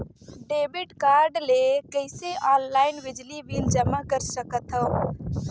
Debit card ले कइसे online बिजली बिल जमा कर सकथव?